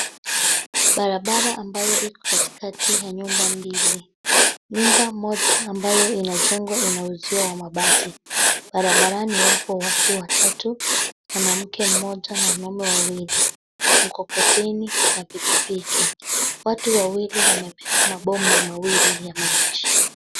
Barabara ambayo iko katikati ya nyumba mbili. Nyumba moja ambayo inajengwa ina uzio wa mabati. Barabarani wapo watu watatu, mwanamke mmoja na wanaume wawili, mkokoteni na pikipiki. Watu wawili wamebeba mabomba mawili ya maji.